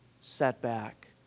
setback